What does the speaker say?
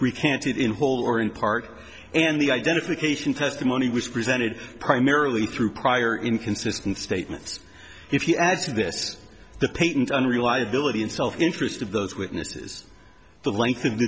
recanted in whole or in part and the identification testimony was presented primarily through prior inconsistent statements if you add to this the paint and reliability and self interest of those witnesses the l